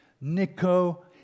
Nico